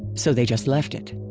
so they just left it.